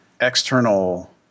external